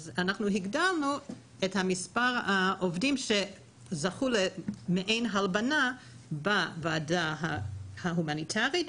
אז הגדלנו את מספר העובדים שזכו למעין "הלבנה" בוועדה ההומניטרית.